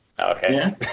Okay